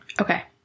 Okay